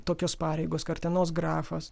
tokios pareigos kartenos grafas